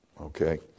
Okay